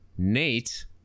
Nate